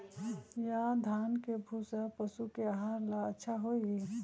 या धान के भूसा पशु के आहार ला अच्छा होई?